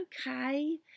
okay